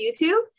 YouTube